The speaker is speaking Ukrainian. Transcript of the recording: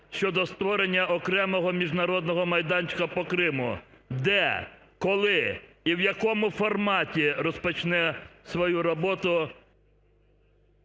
щодо створення окремого міжнародного майданчика по Криму? Де, коли і в якому форматі розпочне свою роботу...